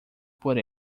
por